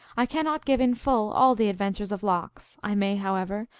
i cannot give in full all the adventures of lox. i may, however,